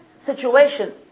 situation